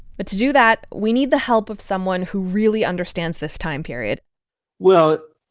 but to do that, we need the help of someone who really understands this time period well,